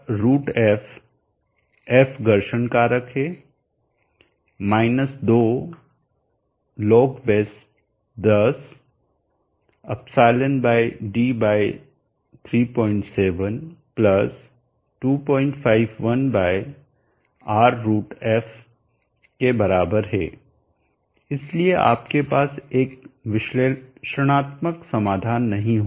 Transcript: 1√f f घर्षण कारक 2log10 εd37251R√f के बराबर है इसलिए आपके पास एक विश्लेषणात्मक समाधान नहीं होगा